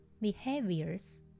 behaviors